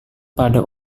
pada